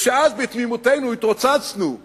וכשאז בתמימותנו התרוצצנו,